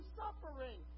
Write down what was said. suffering